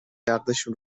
عقدشون